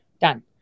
Done